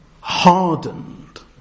hardened